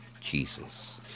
Jesus